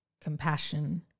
compassion